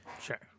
sure